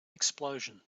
explosion